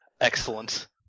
Excellent